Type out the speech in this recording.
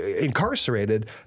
incarcerated